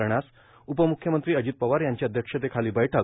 करण्यास उपमुख्यमंत्री अजित पवार यांच्या अध्यतेखाली बैठक